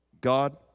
God